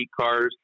cars